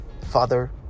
father